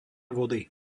vody